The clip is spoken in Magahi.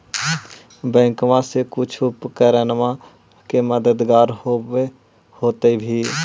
बैंकबा से कुछ उपकरणमा के मददगार होब होतै भी?